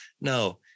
no